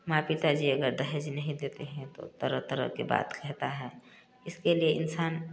माँ पिता जी अगर दहेज नहीं देते हैं तो तरह तरह के बात कहता है इसके लिए इंसान